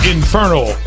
Infernal